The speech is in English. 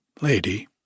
Lady